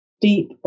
deep